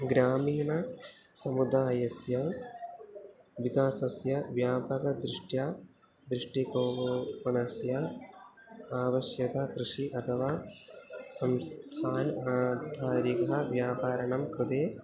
ग्रामीणसमुदायस्य विकासस्य व्यापकदृष्ट्या दृष्टिकोपणस्य आवश्यकता कृषिः अथवा संस्थान आधारित व्यापरं कृते